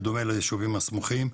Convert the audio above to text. בדומה לישובים הסמוכים,